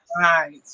Right